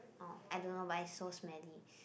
orh I don't know but it's so smelly